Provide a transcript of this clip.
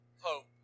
hope